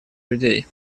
людей